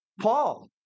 Paul